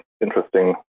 interesting